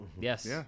yes